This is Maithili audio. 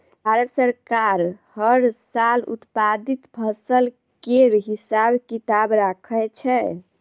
भारत सरकार हर साल उत्पादित फसल केर हिसाब किताब राखै छै